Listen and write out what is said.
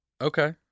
Okay